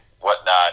whatnot